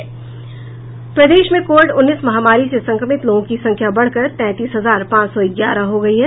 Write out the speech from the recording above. प्रदेश में कोविड उन्नीस महामारी से संक्रमित लोगों की संख्या बढ़कर तैंतीस हजार पांच सौ ग्यारह हो गयी है